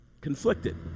Conflicted